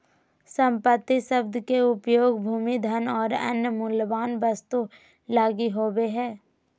संपत्ति शब्द के उपयोग भूमि, धन और अन्य मूल्यवान वस्तु लगी होवे हइ